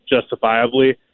justifiably